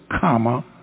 comma